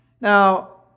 Now